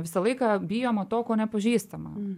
visą laiką bijoma to ko nepažįstama